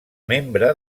membre